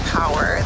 power